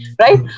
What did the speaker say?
right